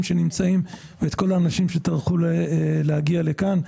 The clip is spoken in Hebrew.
שנמצאים ואת כל האנשים שטרחו להגיע לכאן,